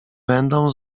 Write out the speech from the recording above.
będą